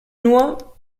nur